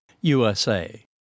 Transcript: USA